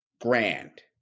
grand